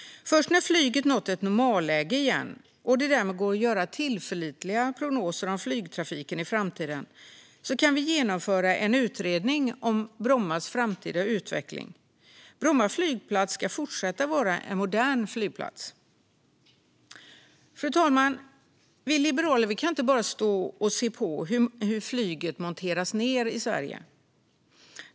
Först när flyget nått ett normalläge igen och det därmed går att göra tillförlitliga prognoser om flygtrafiken i framtiden kan vi genomföra en utredning om Brommas framtida utveckling. Bromma flygplats ska fortsätta att vara en modern flygplats. Fru talman! Vi liberaler kan inte stå och se på hur flyget monteras ned i Sverige.